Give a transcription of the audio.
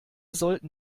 sollten